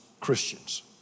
Christians